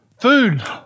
Food